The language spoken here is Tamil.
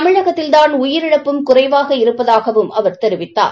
தமிழகத்தில்தான் உயிரிழப்பும் குறைவாக இருப்பதாகவும் அவர் தெரிவித்தார்